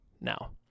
now